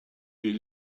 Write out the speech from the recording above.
est